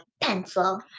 pencil